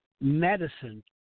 medicine